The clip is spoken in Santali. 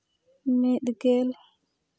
ᱢᱤᱫᱜᱮᱞ